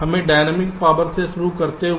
हमें dynamic power से शुरू करते हैं